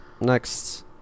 Next